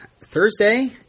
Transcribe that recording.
Thursday